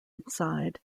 inside